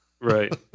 Right